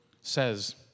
says